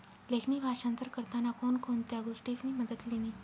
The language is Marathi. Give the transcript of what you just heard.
लेखणी भाषांतर करताना कोण कोणत्या गोष्टीसनी मदत लिनी